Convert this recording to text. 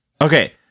Okay